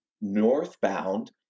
northbound